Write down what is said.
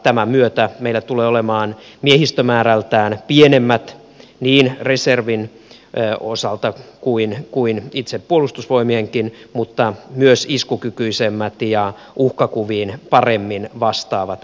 tämän myötä meillä tulee olemaan miehistömäärältään pienemmät niin reservin kuin itse puolustusvoimienkin osalta mutta iskukykyisemmät ja uhkakuviin paremmin vastaavat puolustusvoimat